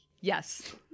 Yes